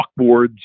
chalkboards